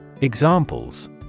Examples